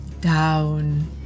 Down